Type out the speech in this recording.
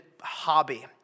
hobby